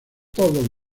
todos